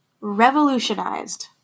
revolutionized